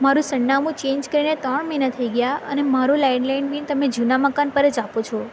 મારું સરનામું ચેન્જ કરીને ત્રણ મહિના થઈ ગયા અને મારું લેન્ડલાઇન બિલ તમે જૂના મકાન પર જ આપો છો